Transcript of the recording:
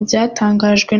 byatangajwe